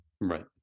Right